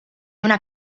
una